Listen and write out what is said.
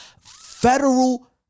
federal